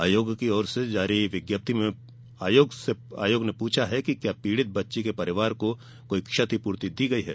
आयोग की ओर से जारी विज्ञप्ति में आयोग ने पूछा है कि क्या पीडित बच्ची के परिवार को कोई क्षतिपूर्ति दी गई है